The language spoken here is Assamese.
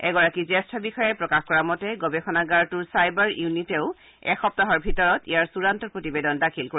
এগৰাকী জ্যেষ্ঠ বিষয়াই প্ৰকাশ কৰা মতে গৱেষণাগাৰটোৰ ছাইবাৰ ইউনিটেও এসপ্তাহৰ ভিতৰত ইয়াৰ চড়ান্ত প্ৰতিবেদন দাখিল কৰিব